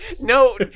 No